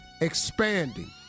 expanding